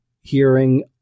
hearing